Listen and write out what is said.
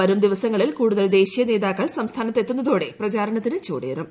വരും ദിവസങ്ങളിൽ കൂടുതൽ ദേശീയ നേതാക്കൾ സംസ്ഥാനത്ത് എത്തുന്നതോടെ പ്രചാരണത്തിന് ചൂടേറും